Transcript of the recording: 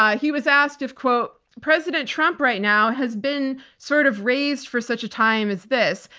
um he was asked if, quote, president trump right now has been sort of raised for such a time as this.